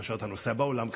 כאשר אתה נוסע בעולם,